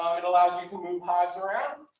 it allows you to move hives around.